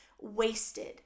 wasted